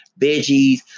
veggies